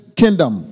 kingdom